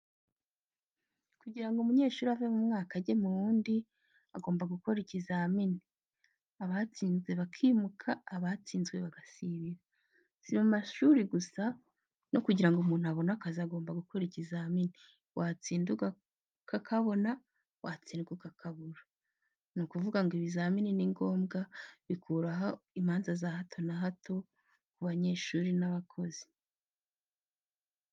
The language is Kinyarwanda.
Kugira ngo umunyeshuri ave mu mwaka ajye mu wundi, agomba gukora ikizamini, abatsinze bakimuka, abatsinzwe bagasibira. Si amashuri gusa no kugira ngo ubone akazi ugomba gukora kizamini watsinda ukakabona, watsindwa ukakabura. Ni ukuvuga ngo ibizamini ni ngombwa, bikuraho imanza za hato na hato ku banyeshuri n'abakozi.